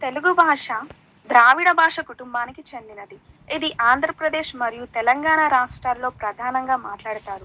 తెలుగు భాష ద్రావిడ భాష కుటుంబానికి చెందినది ఇది ఆంధ్రప్రదేశ్ మరియు తెలంగాణ రాష్ట్రాల్లో ప్రధానంగా మాట్లాడతారు